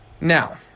Now